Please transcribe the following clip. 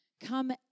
Come